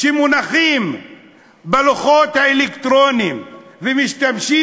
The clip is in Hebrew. שמונחים בלוחות האלקטרוניים ומשתמשות